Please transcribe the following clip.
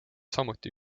samuti